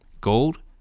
Gold